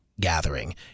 gathering